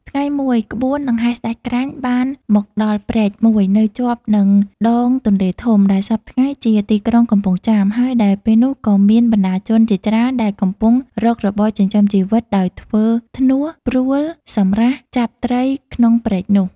ថ្ងៃមួយ ក្បួនដង្ហែស្ដេចក្រាញ់បានមកដល់ព្រែកមួយនៅជាប់នឹងដងទន្លេធំ ដែលសព្វថ្ងៃជា ទីក្រុងកំពង់ចាម ហើយដែលពេលនោះក៏មានបណ្ដាជនជាច្រើនដែលកំពុងរករបរចិញ្ចឹមជីវិតដោយធ្វើ ធ្នោះ ព្រួល សម្រះ ចាប់ត្រីក្នុងព្រែកនោះ ។